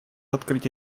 открыть